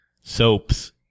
soaps